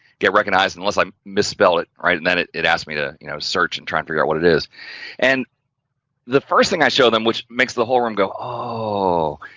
get recognized, unless i misspelled it, right and then it it asked me to, you know, search and try to and figure out, what it is and the first thing, i show them which makes the whole room go, ohhh,